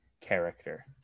character